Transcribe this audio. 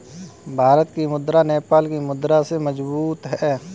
भारत की मुद्रा नेपाल की मुद्रा से मजबूत है